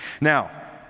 Now